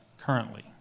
currently